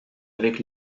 avec